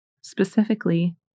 specifically